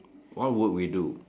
what would we do